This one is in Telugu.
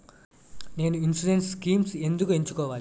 నేను ఇన్సురెన్స్ స్కీమ్స్ ఎందుకు ఎంచుకోవాలి?